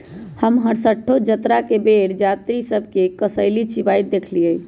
हम हरसठ्ठो जतरा के बेर जात्रि सभ के कसेली चिबाइत देखइलइ